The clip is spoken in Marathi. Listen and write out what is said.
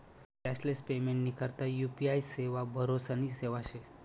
कॅशलेस पेमेंटनी करता यु.पी.आय सेवा भरोसानी सेवा शे